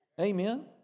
Amen